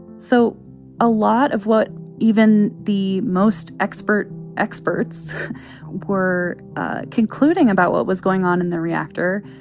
so a lot of what even the most expert experts were concluding about what was going on in the reactor